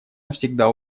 навсегда